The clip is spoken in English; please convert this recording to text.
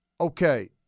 Okay